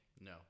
No